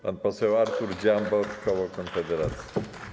Pan poseł Artur Dziambor, koło Konfederacja.